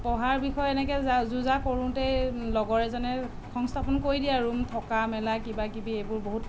পঢ়াৰ বিষয়ে এনেকৈ জা যো জা কৰোঁতেই লগৰ এজনে সংস্থাপন কৰি দিয়ে আৰু ৰুম থকা মেলা কিবা কিবি এইবোৰ বহুত